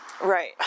Right